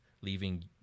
leaving